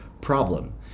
problem